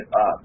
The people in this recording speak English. up